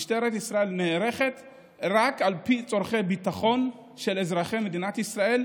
משטרת ישראל נערכת רק על פי צורכי ביטחון של אזרחי מדינת ישראל,